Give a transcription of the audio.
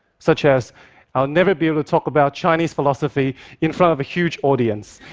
such as i will never be able to talk about chinese philosophy in front of a huge audience.